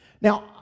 Now